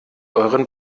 euren